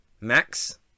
Max